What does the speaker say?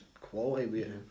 quality